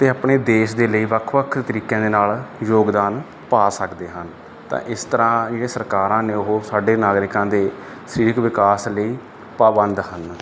ਅਤੇ ਆਪਣੇ ਦੇਸ਼ ਦੇ ਲਈ ਵੱਖ ਵੱਖ ਤਰੀਕਿਆਂ ਦੇ ਨਾਲ ਯੋਗਦਾਨ ਪਾ ਸਕਦੇ ਹਨ ਤਾਂ ਇਸ ਤਰਾਂ ਜਿਹੜੀਆਂ ਸਰਕਾਰਾਂ ਨੇ ਉਹ ਸਾਡੇ ਨਾਗਰਿਕਾਂ ਦੇ ਸਰੀਰਿਕ ਵਿਕਾਸ ਲਈ ਪਾਬੰਦ ਹਨ